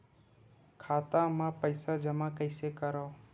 खाता म पईसा जमा कइसे करव?